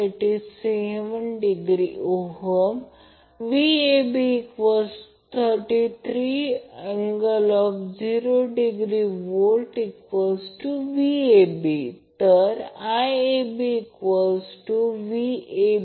तर ही आकृती 20 आहे आणि जर तसे केले तर हा अँगल 30° आहे आणि Van काही नसून परंतु Vp आहे Vbn देखील Vp आहे आपण हे सोडवले आहे याला आपण मग्निट्यूड म्हणतो